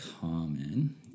common